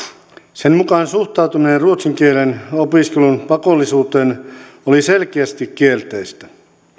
sen mukaan suhtautuminen ruotsin kielen opiskelun pakollisuuteen oli selkeästi kielteistä